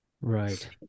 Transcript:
Right